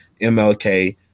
MLK